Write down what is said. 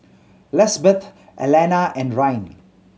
Lisbeth Allena and Ryne